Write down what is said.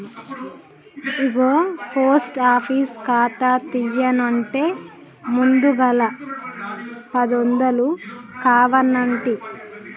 ఇగో post office ఖాతా తీయన్నంటే ముందుగల పదొందలు కావనంటి